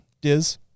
Diz